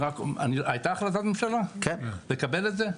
הייתה החלטת ממשלה לקבל את זה?